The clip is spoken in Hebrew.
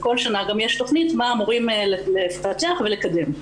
כל שנה גם יש תכנית מה אמורים לפתח ולקדם.